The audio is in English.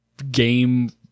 game